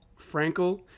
Frankel